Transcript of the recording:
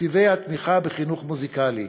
בתקציבי התמיכה בחינוך המוזיקלי,